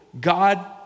God